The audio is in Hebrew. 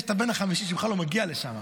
יש את הבן החמישי שבכלל לא מגיע לשם.